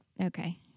Okay